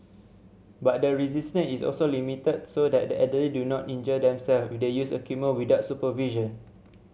but the resistance is also limited so that the elderly do not injure themselves if they use equipment without supervision